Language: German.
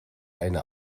eine